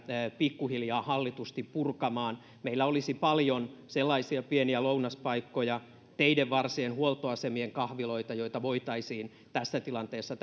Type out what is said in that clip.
pikkuhiljaa hallitusti purkamaan meillä olisi paljon sellaisia pieniä lounaspaikkoja kuten teidenvarsien huoltoasemien kahviloita joita voitaisiin tässä tilanteessa